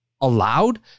allowed